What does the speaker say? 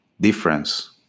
difference